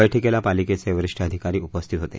बैठकीला पालिकेचे वरिष्ठ अधिकारी उपस्थित होते